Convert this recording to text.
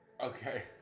Okay